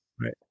Right